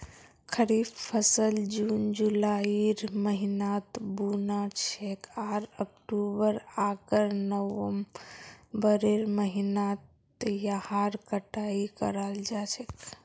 खरीफ फसल जून जुलाइर महीनात बु न छेक आर अक्टूबर आकर नवंबरेर महीनात यहार कटाई कराल जा छेक